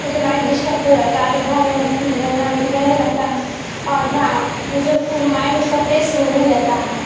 مجھے mind disturb ہو جاتا ہے بیمار رہنے رہنے رہنے لگتا ہے اور نا مجھے کو مائنڈ اس کا فریش نہیں رہتا ہے